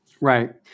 Right